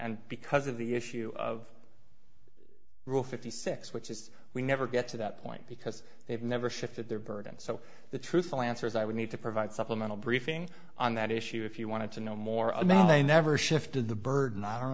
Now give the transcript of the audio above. and because of the issue of rule fifty six which is we never get to that point because they've never shifted their burden so the truthful answer is i would need to provide supplemental briefing on that issue if you want to know more about i never shifted the burden